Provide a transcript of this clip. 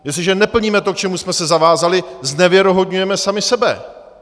Jestliže neplníme to, k čemu jsme se zavázali, znevěrohodňujeme sami sebe.